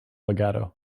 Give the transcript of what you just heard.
legato